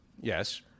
Yes